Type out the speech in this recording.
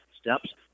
Steps